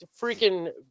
freaking